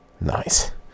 Nice